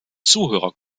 zuhörer